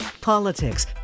politics